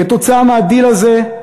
כתוצאה מהדיל הזה,